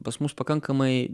pas mus pakankamai